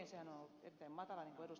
sehän on ollut erittäin matala niin kuin ed